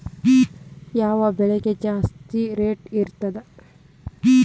ಯಾವ ಬೆಳಿಗೆ ಜಾಸ್ತಿ ರೇಟ್ ಇರ್ತದ?